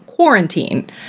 quarantine